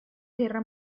guerra